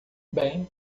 bem